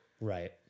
Right